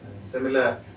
similar